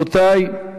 רבותי,